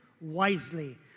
wisely